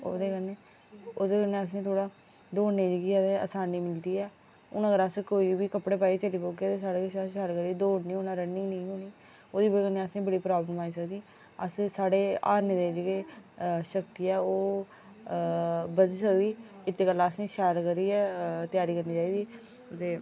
ओह्दे कन्नै ओह्दे कन्नै असेंगी थोह्ड़ा दौड़ने दी केह् ऐ आसानी मिलदी ऐ हून अगर अस कोई बी कपड़े पाई चलगे ते साढ़े कशा दौड़ना निं होना रनिंग नेईं होनी ओह्दी बजह कन्नै असेंगी बड़ी प्रॉब्लम आई सकदी अस जेह्ड़े साढ़ी हारने दी शक्ति ऐ ओह्बी बधी सकदी इत्ते गल्ला असें शैल करियै त्यारी करनी चाहिदी ते